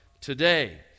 today